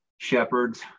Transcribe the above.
shepherds